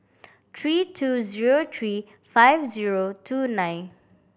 three two zero three five zero two nine